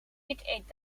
eet